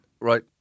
right